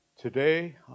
Today